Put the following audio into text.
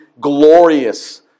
glorious